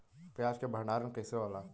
प्याज के भंडारन कइसे होला?